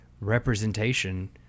representation